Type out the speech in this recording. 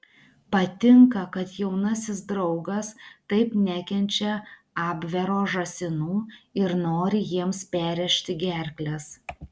patinka kad jaunasis draugas taip nekenčia abvero žąsinų ir nori jiems perrėžti gerkles